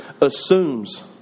assumes